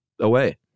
away